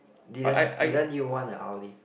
didn't didn't you want an Audi